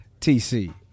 TC